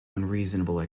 unreasonable